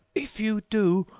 if you do.